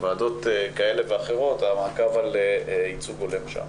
ועדות כאלה ואחרות, המעקב על ייצוג הולם שם.